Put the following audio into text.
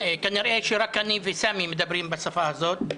כנראה שרק אני וסמי מדברים בשפה הזאת,